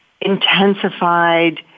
intensified